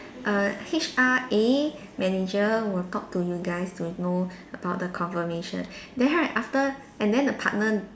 err H_R A manager will talk to you guys to know about the confirmation then right after and then the partner